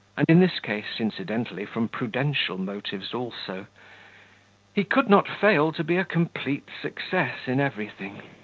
and in this case incidentally from prudential motives also he could not fail to be a complete success in everything.